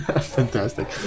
Fantastic